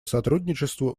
сотрудничеству